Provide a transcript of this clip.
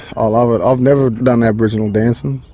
um ah but i've never done aboriginal dancing.